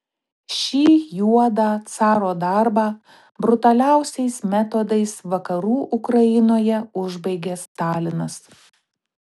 šį juodą caro darbą brutaliausiais metodais vakarų ukrainoje užbaigė stalinas